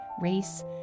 race